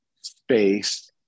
space